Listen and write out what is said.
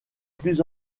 plus